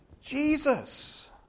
Jesus